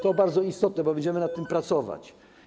To bardzo istotne, bo będziemy nad tym pracować.